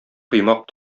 коймак